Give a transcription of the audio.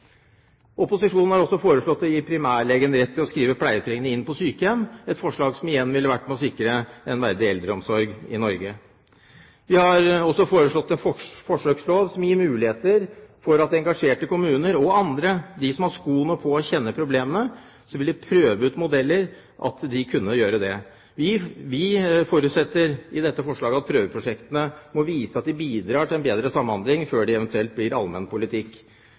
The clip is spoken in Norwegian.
Opposisjonen har også foreslått å gi primærlegen rett til å skrive pleietrengende inn på sykehjem, et forslag som igjen ville ha vært med på å sikre en verdig eldreomsorg i Norge. Vi har også foreslått en forsøkslov som gir muligheter for engasjerte kommuner og andre – de som har skoene på og kjenner problemene – som ville prøve ut modeller, til å gjøre det. Vi forutsetter i dette forslaget at prøveprosjektene må vise at de bidrar til en bedre samhandling før de eventuelt blir allmenn politikk.